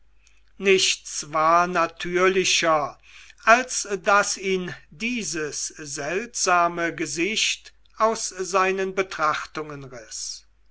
nichts war natürlicher als daß ihn dieses seltsame gesicht aus seinen betrachtungen riß